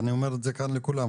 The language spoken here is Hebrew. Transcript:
ואני אומר את זה כאן לכולם,